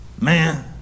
Man